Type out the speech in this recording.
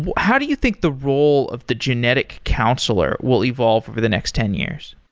but how do you think the role of the genetic counselor will evolve over the next ten years?